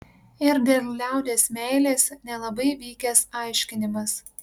ir dėl liaudies meilės nelabai vykęs aiškinimas